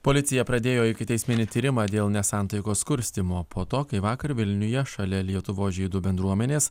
policija pradėjo ikiteisminį tyrimą dėl nesantaikos kurstymo po to kai vakar vilniuje šalia lietuvos žydų bendruomenės